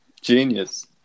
Genius